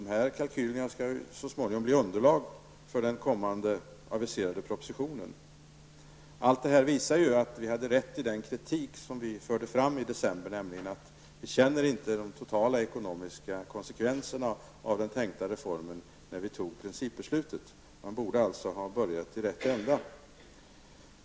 Dessa kalkyler skall så småningom bli underlag för den aviserade propositionen. Allt detta visar att vi hade rätt i den kritik vi förde fram i december. Vi kände inte till de totala ekonomiska konsekvenserna av reformen när vi fattade beslutet. Man borde alltså ha börjat i rätt ända.